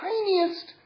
tiniest